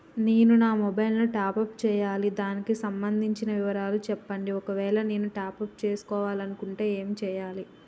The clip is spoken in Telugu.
నేను నా మొబైలు టాప్ అప్ చేయాలి దానికి సంబంధించిన వివరాలు చెప్పండి ఒకవేళ నేను టాప్ చేసుకోవాలనుకుంటే ఏం చేయాలి?